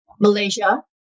Malaysia